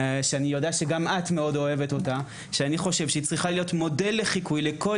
שאני חושב שהיא צריכה להיות מודל לחיקוי לכל